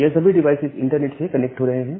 यह सभी डिवाइस इस इंटरनेट से कनेक्ट हो रहे हैं